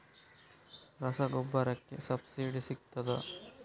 ರಸಗೊಬ್ಬರಕ್ಕೆ ಸಬ್ಸಿಡಿ ಸಿಗ್ತದಾ?